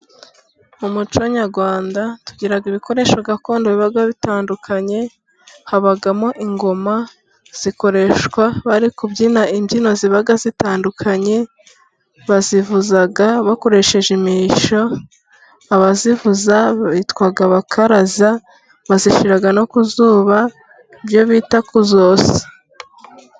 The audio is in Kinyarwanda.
Mu muco nyarwanda tugira ibikoresho gakondo biba bitandukanye, habamo ingoma zikoreshwa bari kubyina imbyino ziba zitandukanye, bazivuza bakoresheje imirishyo, abazivuza bitwa abakaraza, bazishyira no ku zuba, ibyo bita kuzosa.